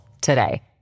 today